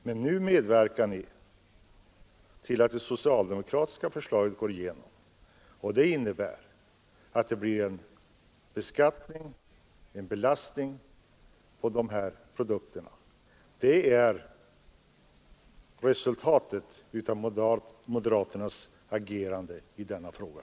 Men nu medverkar ni till att det socialdemokratiska förslaget går igenom, och det innebär att det blir en beskattning och en belastning på de här produkterna. Det är resultatet av moderaternas agerande i denna fråga.